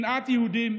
משנאת יהודים.